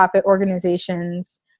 organizations